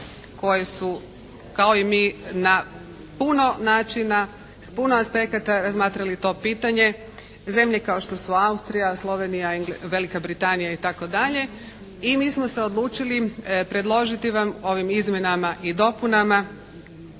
koje su kao i mi na puno načina, s puno aspekata razmatrali to pitanje. Zemlje kao što su Austrija, Slovenija, Velika Britanija itd. i mi smo se odlučili predložiti vam ovim izmjenama i dopunama